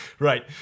Right